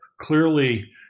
clearly